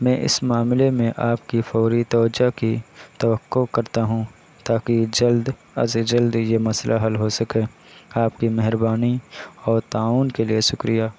میں اس معاملے میں آپ کی فوری توجہ کی توقع کرتا ہوں تاکہ جلد از جلد یہ مسئلہ حل ہو سکے آپ کی مہربانی اور تعاون کے لیے شکریہ